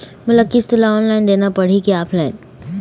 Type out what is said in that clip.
मोला किस्त ला ऑनलाइन देना पड़ही की ऑफलाइन?